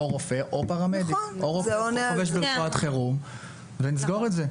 רופא או פרמדיק חובש לרפואת חירום ונסגור את זה.